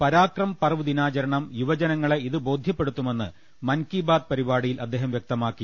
പരാക്രം പർവ്വ് ദിനാചരണം യുവജനങ്ങളെ ഇത് ബോധ്യപ്പെടുത്തുമെന്ന് മൻകിബാത് പരിപാടിയിൽ അദ്ദേഹം വൃക്തമാക്കി